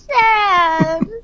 sad